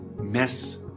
Mess